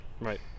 right